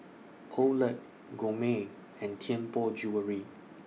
Poulet Gourmet and Tianpo Jewellery